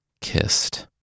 kissed